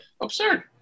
Absurd